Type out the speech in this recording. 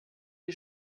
die